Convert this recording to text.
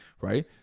right